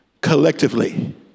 collectively